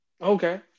okay